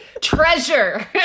treasure